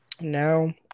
Now